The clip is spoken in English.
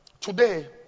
Today